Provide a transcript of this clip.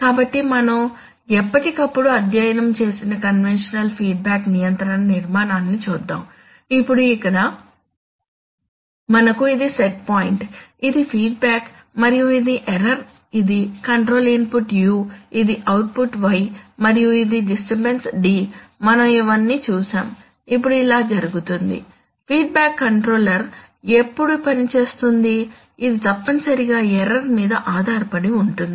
కాబట్టి మనం ఎప్పటికప్పుడు అధ్యయనం చేసిన కన్వెన్షనల్ ఫీడ్బ్యాక్ నియంత్రణ నిర్మాణాన్ని చూద్దాం ఇప్పుడు ఇక్కడ మనకు ఇది సెట్ పాయింట్ ఇది ఫీడ్బ్యాక్ మరియు ఇది ఎర్రర్ ఇది కంట్రోల్ ఇన్పుట్ u ఇది అవుట్పుట్ y మరియు ఇది డిస్టర్బన్స్ d మనం ఇవన్నీ చూశాము ఇప్పుడు ఇలా జరుగుతుంది ఫీడ్బ్యాక్ కంట్రోలర్ ఎప్పుడు పని చేస్తుంది ఇది తప్పనిసరిగా ఎర్రర్ మీద ఆధారపడి ఉంటుంది